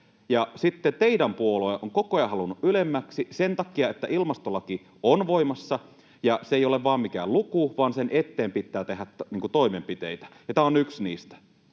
ja sitten teidän puolueenne on koko ajan halunnut sitä ylemmäksi sen takia, että ilmastolaki on voimassa — ja se ei ole vain luku, vaan sen eteen pitää tehdä toimenpiteitä, ja tämä on yksi niistä.